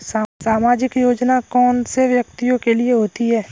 सामाजिक योजना कौन से व्यक्तियों के लिए होती है?